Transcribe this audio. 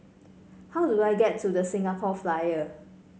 how do I get to The Singapore Flyer